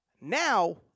Now